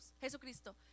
Jesucristo